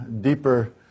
deeper